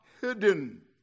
hidden